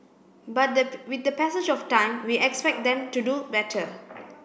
but the with the passage of time we expect them to do better